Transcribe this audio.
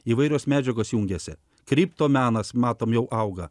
įvairios medžiagos jungiasi krypto menas matome jau auga